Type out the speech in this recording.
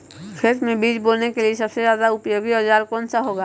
खेत मै बीज बोने के लिए सबसे ज्यादा उपयोगी औजार कौन सा होगा?